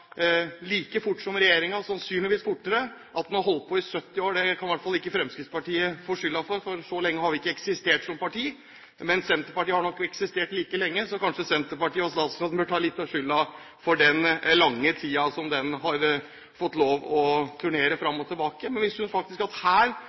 like fort som regjeringen – sannsynligvis fortere. At man har holdt på i 70 år, kan i hvert fall ikke Fremskrittspartiet få skylden for, for så lenge har vi ikke eksistert som parti. Men Senterpartiet har nok eksistert så lenge, så kanskje Senterpartiet og statsråden bør ta litt av skylden for den lange tiden som den saken har fått lov til å turnere fram